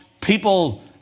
people